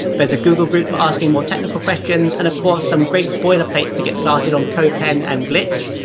there's a google group for asking more technical questions, and of course, some great boilerplate to get started on codepen and glitch.